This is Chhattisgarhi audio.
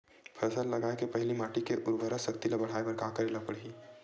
फसल लगाय के पहिली माटी के उरवरा शक्ति ल बढ़ाय बर का करेला पढ़ही?